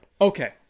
Okay